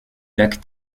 lac